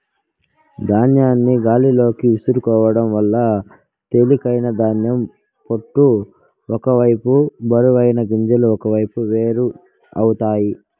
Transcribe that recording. ధాన్యాన్ని గాలిలోకి విసురుకోవడం వల్ల తేలికైన ధాన్యం పొట్టు ఒక వైపు బరువైన గింజలు ఒకవైపు వేరు అవుతాయి